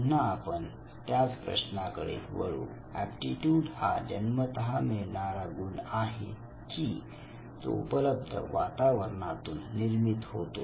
पुन्हा आपण त्याच प्रश्नाकडे वळू एप्टीट्यूड हा जन्मता मिळणारा गुण आहे की तो उपलब्ध वातावरणातून निर्मित होतो